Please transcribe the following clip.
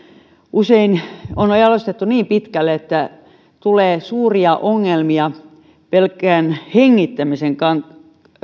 usein on jalostettu niin pitkälle että tulee suuria ongelmia pelkän hengittämisen kanssa